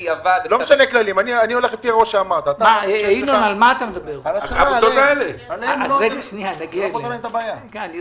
בדיעבד- -- זה לא פותר להם את הבעיה.